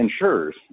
insurers